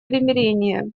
примирения